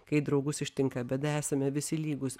kai draugus ištinka bėda esame visi lygūs